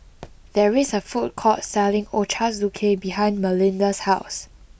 there is a food court selling Ochazuke behind Malinda's house